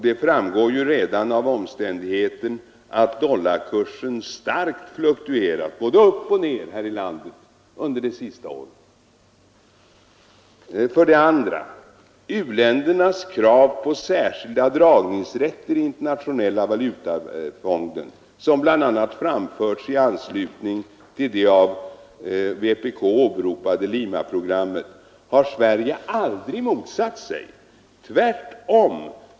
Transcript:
Detta framgår redan av den omständigheten att dollarkursen starkt fluktuerat både upp och ned under de senaste åren. För det andra vill jag säga att Sverige aldrig motsatt sig u-ländernas krav på särskild dragningsrätt i Internationella valutafonden, som bl.a. framförts i anslutning till det av vpk åberopade Limaprogrammet. Tvärtom.